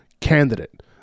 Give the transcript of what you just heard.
candidate